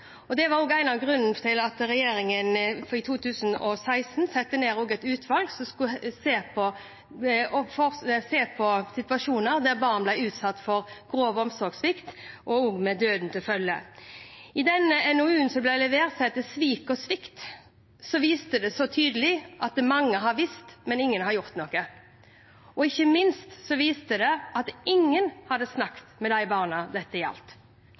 og det var også en av grunnene til at regjeringen i 2016 satte ned et utvalg som skulle se på situasjoner der barn ble utsatt for grov omsorgssvikt, også med døden til følge. NOU-en som ble levert, som het Svikt og svik, viste tydelig at mange har visst, men ingen har gjort noe. Ikke minst viste den at ingen hadde snakket med de barna dette gjaldt.